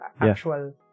actual